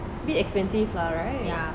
a bit expensive lah right ya